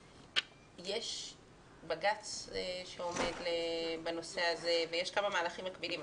יש בג"צ שעומד בנושא הזה ויש כמה מהלכים מקבילים,